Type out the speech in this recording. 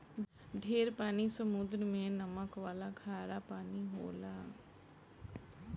ढेर पानी समुद्र मे नमक वाला खारा पानी होला